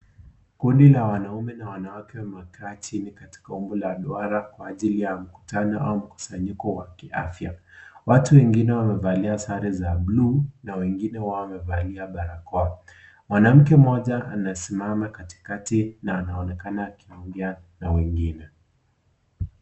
Kundi la wanaume na wanawake wamekaa chini katika umbo la duara kwa ajili ya mkutano au mkusanyiko wa kiafya. Watu wengine wamevalia sare za bluu na wengine wao wamevalia barakoa. Mwanamke mmoja anasimama katikati na anaonekana akiongea na wengine.